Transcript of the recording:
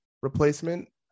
replacement